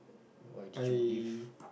why did you leave